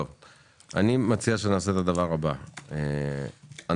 אני מציע שנעשה את הדבר הבא, ינון,